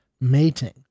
mating